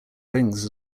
rings